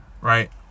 right